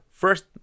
First